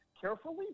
carefully